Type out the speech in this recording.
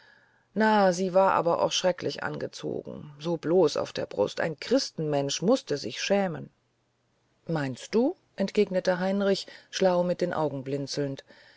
na sie war aber auch zu schrecklich angezogen so bloß auf der brust ein christenmensch mußte sich schämen meinst du entgegnete heinrich schlau mit den augen blinzelnd